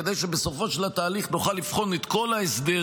כדי שבסופו של התהליך נוכל לבחון את כל ההסדר,